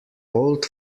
old